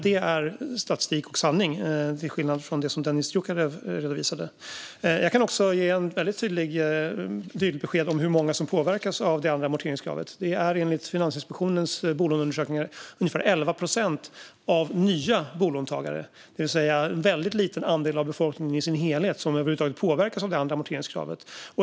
Det är statistik och sanning, till skillnad från det som Dennis Dioukarev redovisade. Jag kan också ge ett tydligt besked om hur många som påverkas av det andra amorteringskravet: Det är enligt Finansinspektionens bolåneundersökningar ungefär 11 procent av nya bolånetagare. Det är alltså en väldigt liten andel av befolkningen som helhet som över huvud taget påverkas av det andra amorteringskravet.